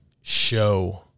show